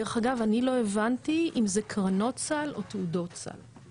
דרך אגב אני לא הבנתי אם זה קרנות סל או תעודות סל?